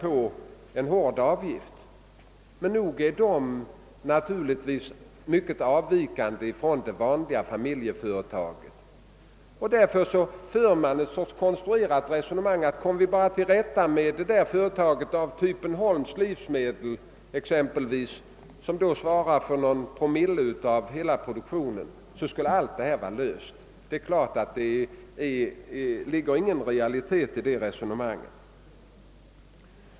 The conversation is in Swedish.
Men dessa jordbruk är naturligtvis mycket avvikande från de vanliga familjeföretagen, och därför för man ett slags konstruerat resonemang om att ifall vi bara kommer till rätta med företag av t.ex. typen Holms Livsmedel — som svarar för någon promille av hela produktionen — så skall hela problemet vara löst. Det ligger naturligtvis ingen realitet i det resonemanget.